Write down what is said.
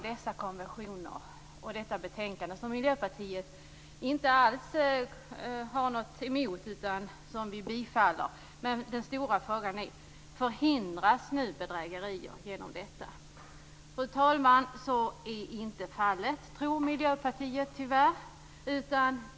Dessa konventioner och detta betänkande har Miljöpartiet inte alls något emot, utan bifaller dem. Men den stora frågan är: Förhindras nu bedrägerier genom detta? Så är tyvärr inte fallet tror Miljöpartiet.